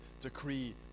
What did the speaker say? decree